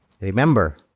Remember